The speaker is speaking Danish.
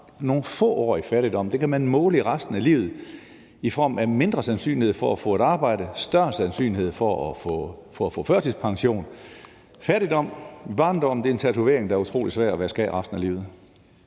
nogle få år i fattigdom kan man måle resten af livet i form af mindre sandsynlighed for at få et arbejde og større sandsynlighed for at få førtidspension. Fattigdom i barndommen er en tatovering, der er utrolig svær at vaske af resten af livet.